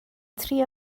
trio